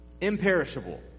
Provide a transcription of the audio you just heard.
imperishable